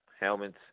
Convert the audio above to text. Helmets